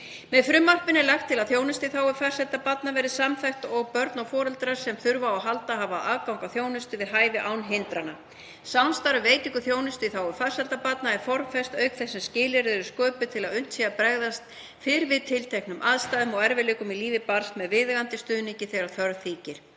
Með frumvarpinu er lagt til að þjónusta í þágu farsældar barna verði samþætt og að börn og foreldrar sem á þurfa að halda hafi aðgang að þjónustu við hæfi án hindrana. Samstarf um veitingu þjónustu í þágu farsældar barna er formfest auk þess sem skilyrði eru sköpuð til að unnt sé að bregðast fyrr við tilteknum aðstæðum eða erfiðleikum í lífi barns með viðeigandi stuðningi þegar þörf þykir.